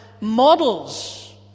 models